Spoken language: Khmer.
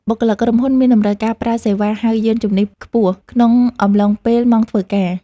បុគ្គលិកក្រុមហ៊ុនមានតម្រូវការប្រើសេវាហៅយានជំនិះខ្ពស់ ក្នុងអំឡុងពេលម៉ោងធ្វើការ។